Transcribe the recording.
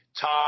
talk